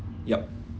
yup